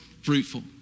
fruitful